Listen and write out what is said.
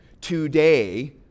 today